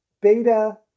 beta